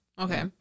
Okay